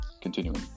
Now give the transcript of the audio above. Continuing